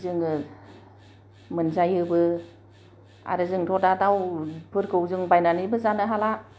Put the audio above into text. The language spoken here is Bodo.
जोङो मोनजायोबो आरो जोंथ' दा दाउफोरखौ जों बायनानैबो जानो हाला